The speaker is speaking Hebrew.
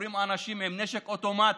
עוברים אנשים עם נשק אוטומטי,